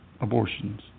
abortions